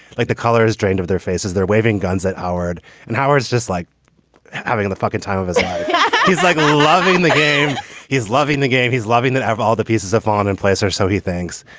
like the color is drained of their faces. they're waving guns at howard and howard, just like having the fucking time of his yeah he's like a um loving the game he's loving the game. he's loving that. have all the pieces of on in place or so he thinks.